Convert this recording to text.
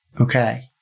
okay